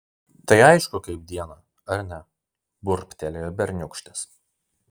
tai aišku kaip dieną ar ne burbtelėjo berniūkštis